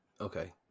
Okay